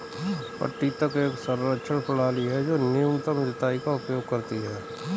पट्टी तक एक संरक्षण प्रणाली है जो न्यूनतम जुताई का उपयोग करती है